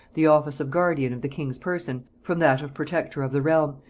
the office of guardian of the king's person from that of protector of the realm,